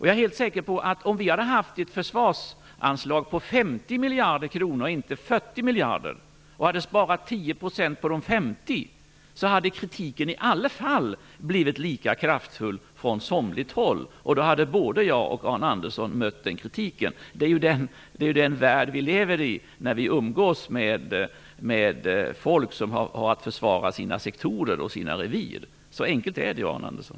Jag är helt säker på att om vi hade haft ett försvarsanslag på 50 miljarder kronor och inte 40 miljarder kronor och om vi hade sparat 10 % på de 50 miljarderna, så hade kritiken i alla fall blivit lika kraftfull från ett visst håll. Då hade både jag och Arne Andersson mött den kritiken. Det är ju den värld vi lever i när vi umgås med folk som har att försvara sina sektorer och sina revir. Så enkelt är det, Arne Andersson.